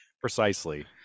Precisely